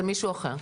זה מישהו אחר.